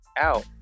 out